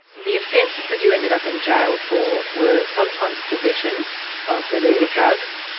the offences that you ended up in jail for were sometimes possession of illegal drugs,